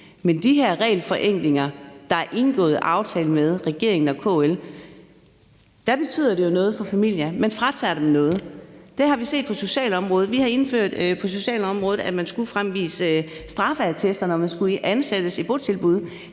til de her regelforenklinger, som der er indgået aftale mellem regeringen og KL om, betyder det noget for familierne; man fratager dem noget. Det har vi også set på socialområdet. Vi har på socialområdet indført, at man skulle fremvise straffeattest, når man skulle ansættes i botilbud.